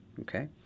Okay